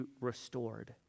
restored